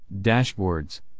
Dashboards